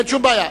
אין שום בעיה.